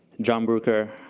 joan brooker.